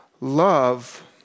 love